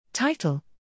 Title